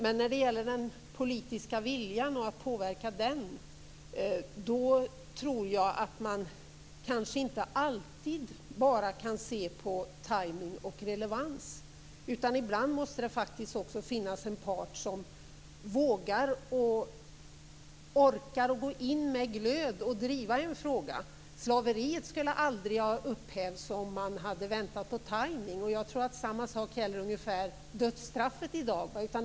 Men när det gäller den politiska viljan och att påverka den tror jag att man inte alltid bara kan se på tajmning och relevans. Ibland måste det faktiskt också finnas en part som vågar och orkar gå in med glöd och driva en fråga. Slaveriet skulle aldrig ha upphävts om man hade väntat på tajmning, och jag tror att ungefär samma sak gäller för dödsstraffet i dag.